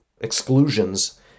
exclusions